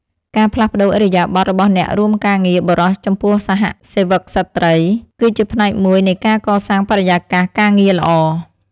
ការផ្លាស់ប្តូរឥរិយាបថរបស់អ្នករួមការងារបុរសចំពោះសហសេវិកស្ត្រី គឺជាផ្នែកមួយនៃការកសាងបរិយាកាសការងារល្អ។